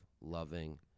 loving